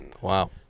Wow